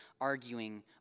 arguing